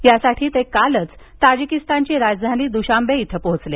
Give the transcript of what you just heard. यासाठी ते कालच ताजिकिस्तानची राजधानी दुशान्बे इथं पोहोचले